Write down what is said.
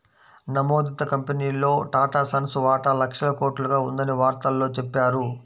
నమోదిత కంపెనీల్లో టాటాసన్స్ వాటా లక్షల కోట్లుగా ఉందని వార్తల్లో చెప్పారు